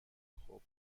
خوب